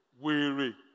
Weary